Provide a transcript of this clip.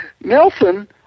Nelson